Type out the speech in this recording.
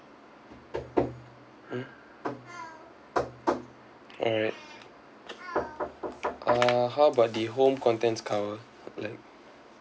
hmm alright uh how about the home contents cover like